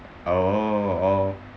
oh oh